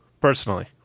personally